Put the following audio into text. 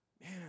Man